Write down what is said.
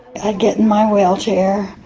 i'd get in my wheelchair,